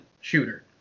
shooter